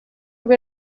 rwe